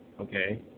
Okay